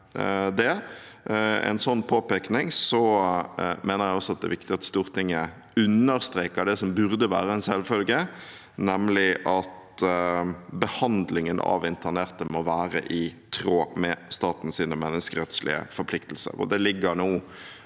er viktig at Stortinget understreker det som burde være en selvfølge, nemlig at behandlingen av internatet må være i tråd med statens menneskerettslige forpliktelser.